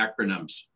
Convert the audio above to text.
acronyms